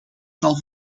zal